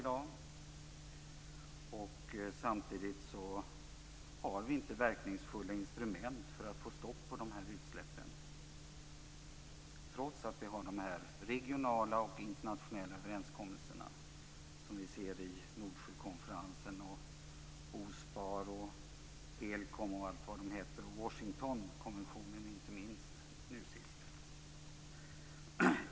Det finns inga verkningsfulla instrument för att få stopp på utsläppen, trots att det finns regionala och internationella överenskommelser från Nordsjökonferensen, OSPAR, HELCOM och inte minst från Washingtonkonventionen nu senast.